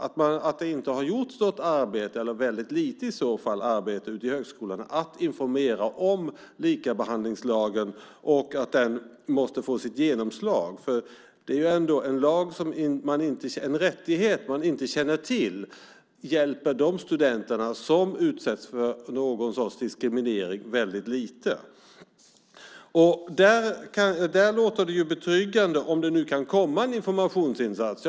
Det har inte har gjorts något arbete, eller i så fall väldigt lite, ute i högskolorna för att informera om likabehandlingslagen. Den måste få sitt genomslag. En rättighet de inte känner till hjälper väldigt lite de studenter som utsätts för någon sorts diskriminering. Det låter betryggande om det nu kan komma en informationsinsats.